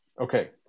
okay